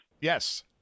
Yes